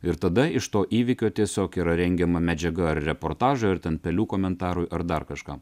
ir tada iš to įvykio tiesiog yra rengiama medžiaga reportažo ir ten pelių komentarui ar dar kažkam